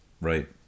Right